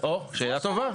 או, שאלה טובה.